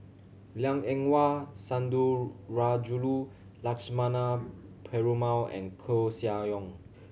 Liang Eng Hwa Lakshmana Perumal and Koeh Sia Yong